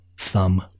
thumb